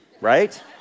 right